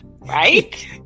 Right